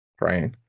right